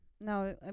No